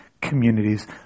communities